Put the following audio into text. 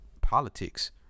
politics